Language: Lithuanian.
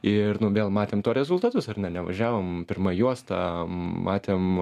ir nu vėl matėm to rezultatus ar ne nevažiavom pirma juosta matėm